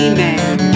man